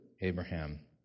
Abraham